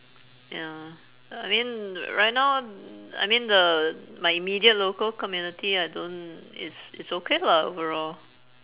ya I mean right now I mean the my immediate local community I don't it's it's okay lah overall